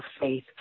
faith